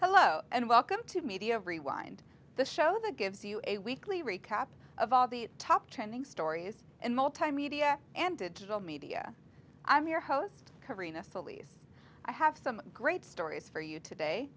hello and welcome to media rewind the show that gives you a weekly recap of all the top trending stories and multimedia and digital media i'm your host corrina sillies i have some great stories for you today